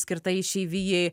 skirta išeivijai